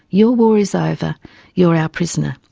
your war is over you're our prisoner.